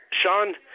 Sean